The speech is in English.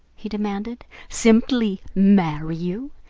he demanded simply marry you?